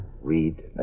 read